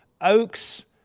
oaks